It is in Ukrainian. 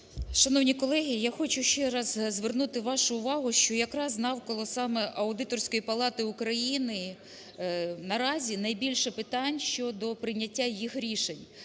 Шановні колеги! Я хочу ще раз звернути вашу увагу, що якраз навколо саме Аудиторської палати України наразі найбільше питань щодо прийняття їх рішень.